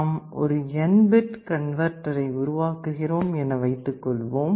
நாம் ஒரு n bit கன்வெர்ட்டரை உருவாக்குகிறோம் என வைத்துக் கொள்ளுங்கள்